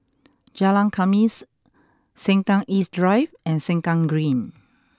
Jalan Khamis Sengkang East Drive and Sengkang Green